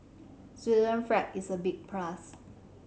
flag is a big plus